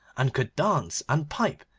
and could dance, and pipe,